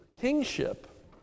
kingship